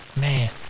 man